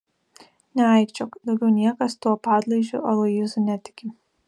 neaikčiok daugiau niekas tuo padlaižiu aloyzu netiki